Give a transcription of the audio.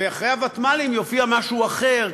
ואחרי הוותמ"לים יופיע משהו אחר.